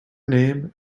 name